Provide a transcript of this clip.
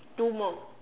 two more